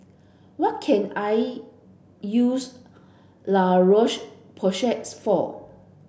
what can I use La Roche Porsay for